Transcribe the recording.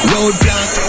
Roadblock